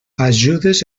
ajudes